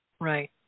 Right